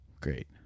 great